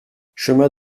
chemin